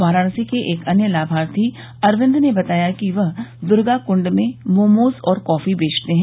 वाराणसी के एक अन्य लाभार्थी अरविंद ने बताया कि वह द्र्गाकृंड में मोमोज और कॉफी बेचते हैं